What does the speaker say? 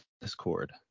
Discord